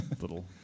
little